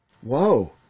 Whoa